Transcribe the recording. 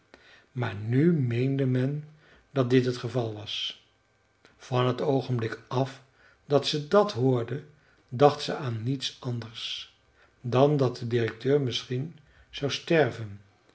maar nu meende men dat dit het geval was van het oogenblik af dat ze dat hoorde dacht ze aan niets anders dan dat de directeur misschien zou sterven hij